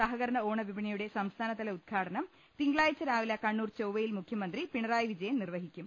സഹകരണ ഓണ വിപണിയുടെ സംസ്ഥാന തല ഉദ്ഘാടനം തിങ്കളാഴ്ച രാവിലെ കണ്ണൂർ ചൊവ്വയിൽ മുഖ്യമന്ത്രി പിണറായി വിജയൻ നിർവഹിക്കും